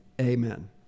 amen